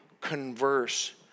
converse